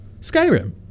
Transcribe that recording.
Skyrim